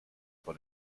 vor